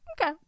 Okay